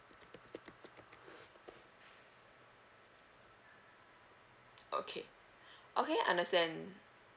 okay okay understand